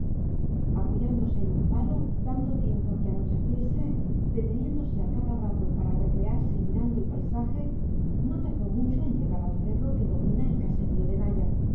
apoyándose en un palo dando tiempo a que anocheciese deteniéndose a cada rato para recrearse mirando el paisaje no tardó mucho en llegar al cerro que domina el caserío de naya